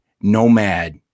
nomad